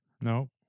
No